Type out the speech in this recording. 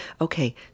Okay